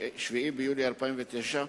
7 ביולי 2009,